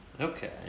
Okay